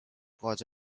cause